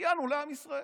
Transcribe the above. שסייענו לעם ישראל.